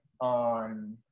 on